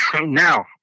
Now